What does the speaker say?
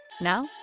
Now